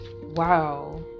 Wow